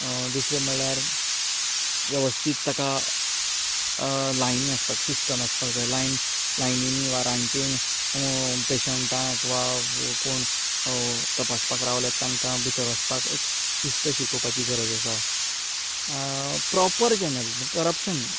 दुसरें म्हणल्यार वेवस्थीत ताका लायनी आसपाक सिस्टम आसपाक जाय लायनीनी वा रांकेन पॅशंटांक वा कोण तपासपाक रावल्यांत तांकां भितर वचपाक एक शिस्त शिकोवपाची गरज आसा प्रोपर चॅनल करपशन